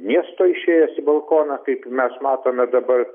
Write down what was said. miesto išėjęs į balkoną kaip mes matome dabar